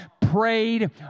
prayed